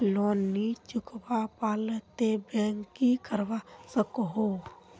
Loan नी चुकवा पालो ते बैंक की करवा सकोहो?